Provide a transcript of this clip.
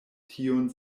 tiun